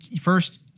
first